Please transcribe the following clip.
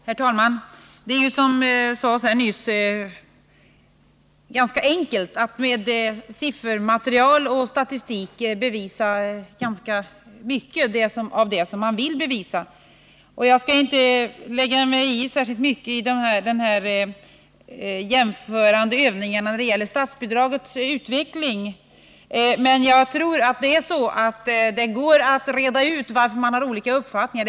Herr talman! Som nyss sades är det ganska enkelt att med siffermaterial och statistik bevisa vad man vill bevisa. Jag skall inte lägga mig i de jämförande övningarna när det gäller statsbidragets utveckling. Jag vill bara säga att jag tror att det går att reda ut varför man har olika uppfattningar.